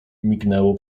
mignęło